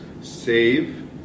save